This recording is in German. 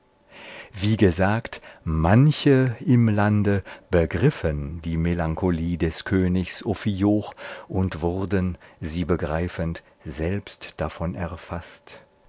wie gesagt manche im lande begriffen die melancholie des königs ophioch und wurden sie begreifend selbst davon